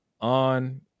on